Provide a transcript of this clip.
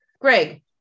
Greg